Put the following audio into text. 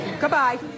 Goodbye